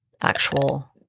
Actual